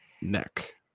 neck